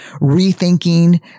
rethinking